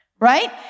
right